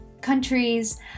countries